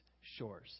shores